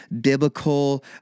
biblical